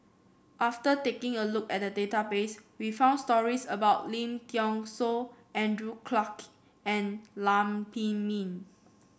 after taking a look at the database we found stories about Lim Thean Soo Andrew Clarke and Lam Pin Min